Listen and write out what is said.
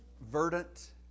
verdant